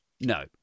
No